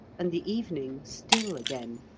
and the evening still again.